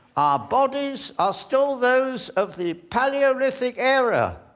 bodies are still those of the paleolithic era.